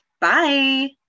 Bye